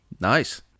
Nice